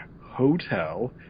hotel